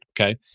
Okay